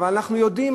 אבל אנחנו יודעים,